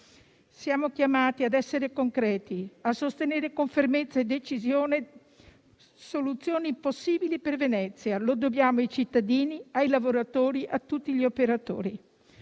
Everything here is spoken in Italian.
Siamo chiamati ad essere concreti, a sostenere con fermezza e decisione soluzioni possibili per Venezia: lo dobbiamo ai cittadini, ai lavoratori, a tutti gli operatori.